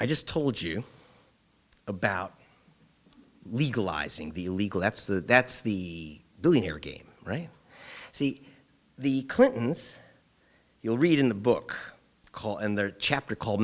i just told you about legalizing the illegal that's the that's the billionaire game right see the clintons you read in the book call in the chapter called